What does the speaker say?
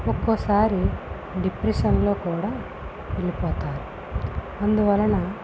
ఒక్కోసారి డిప్రెషన్లో కూడా వెళ్ళిపోతారు అందువలన